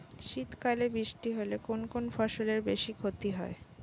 শীত কালে বৃষ্টি হলে কোন কোন ফসলের বেশি ক্ষতি হয়?